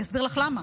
אני אסביר לך למה,